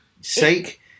sake